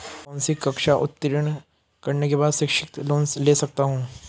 कौनसी कक्षा उत्तीर्ण करने के बाद शिक्षित लोंन ले सकता हूं?